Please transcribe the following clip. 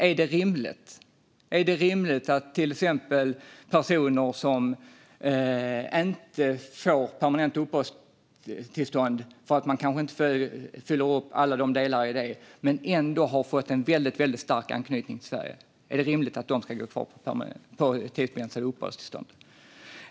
Är det rimligt att till exempel personer som inte får permanent uppehållstillstånd för att de kanske inte uppfyller alla delar men som ändå har fått en väldigt stark anknytning till Sverige ändå ska gå kvar på tidsbegränsade uppehållstillstånd?